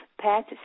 pet